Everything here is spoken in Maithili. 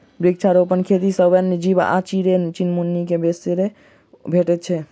वृक्षारोपण खेती सॅ वन्य जीव आ चिड़ै चुनमुनी के बसेरा भेटैत छै